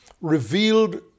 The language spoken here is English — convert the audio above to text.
revealed